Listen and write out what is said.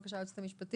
בבקשה היועצת המשפטית.